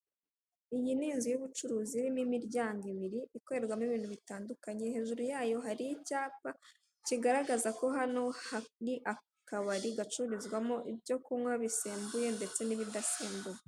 Iyi ni inzu y'ubucuruzi irimo imiryango ibiri, ikorerwamo ibintu bitandukanye, hejuru yayo hari icyapa kigaragaza ko hano hari akabari gacururizwamo ibyo kunywa bisembuye ndetse n'ibidasembuye.